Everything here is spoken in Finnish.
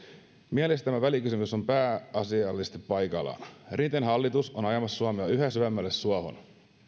mielestäni tämä välikysymys on pääasiallisesti paikallaan rinteen hallitus on ajamassa suomea yhä syvemmälle suohon